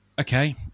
okay